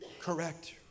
correct